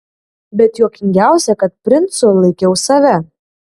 bet juokingiausia kad princu laikiau save